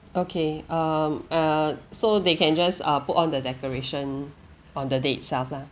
okay um uh so they can just uh put on the decoration on the day itself lah